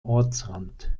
ortsrand